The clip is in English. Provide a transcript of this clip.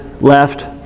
left